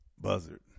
buzzard